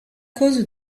cause